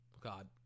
God